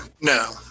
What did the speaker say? No